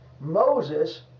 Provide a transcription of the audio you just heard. Moses